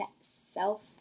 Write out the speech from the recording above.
self